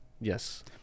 Yes